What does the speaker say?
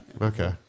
okay